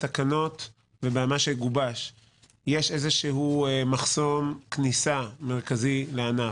בתקנות ובמה שגובש יש מחסום כניסה מרכזי לענף.